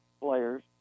players